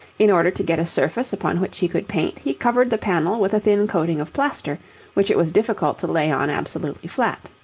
in order to get a surface upon which he could paint, he covered the panel with a thin coating of plaster which it was difficult to lay on absolutely flat.